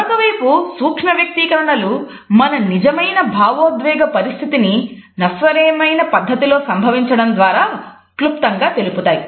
మరొక చేతి వైపు సూక్ష్మ వ్యక్తీకరణలు మన నిజమైన భావోద్వేగ పరిస్థితిని నశ్వరమైన పద్ధతిలో సంభవించడం ద్వారా క్లుప్తంగా తెలుపుతాయి